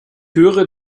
höre